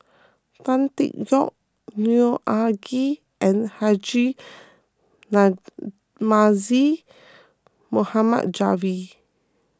Tan Tee Yoke Neo Anngee and Haji Namazie Mohamed Javad